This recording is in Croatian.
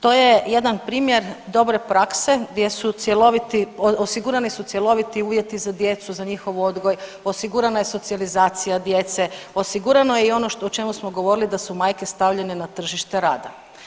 To je jedan primjer dobre prakse gdje su cjeloviti, osigurani su cjeloviti uvjeti za djecu, za njihov odgoj, osigurana je socijalizacija djece, osigurano je i ono o čemu smo govorili da su majke stavljene na tržište rada.